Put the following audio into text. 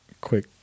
quick